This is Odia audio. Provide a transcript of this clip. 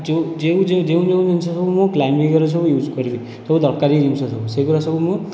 ଯେଉଁ ଯେଉଁ ଯେଉଁ ଯେଉଁ ଜିନିଷ ସବୁ ମୁଁ କ୍ଲାଇମ୍ବିଙ୍ଗ ୟେରେ ସବୁ ଇଉଜ୍ କରିବି ସବୁ ଦରକାରୀ ଜିନିଷ ସବୁ ସେଗୁଡ଼ା ସବୁ ମୁଁ